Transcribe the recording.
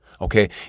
okay